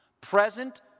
Present